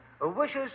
wishes